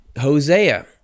Hosea